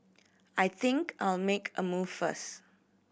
I think I'll make a move first